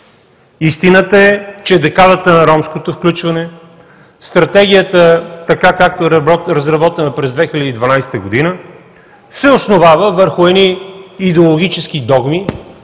Истината е, че декадата на ромското включване, Стратегията, така както е разработена през 2012 г., се основава върху едни идеологически догми,